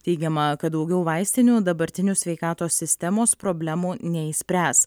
teigiama kad daugiau vaistinių dabartinių sveikatos sistemos problemų neišspręs